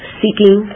seeking